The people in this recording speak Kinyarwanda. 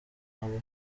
nabo